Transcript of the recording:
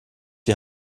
die